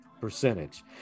percentage